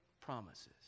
promises